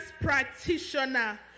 practitioner